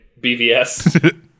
BVS